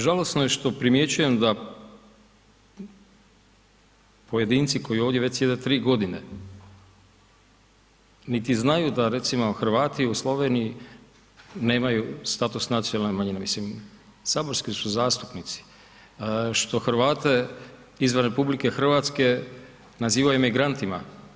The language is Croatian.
Žalosno je što primjećujem da pojedinci koji ovdje već sjede 3 godine niti znaju da recimo Hrvati u Sloveniji nemaju status nacionalne manjine, mislim, saborski su zastupnici, što Hrvate izvan RH nazivaju emigrantima.